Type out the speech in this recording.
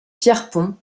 pierrepont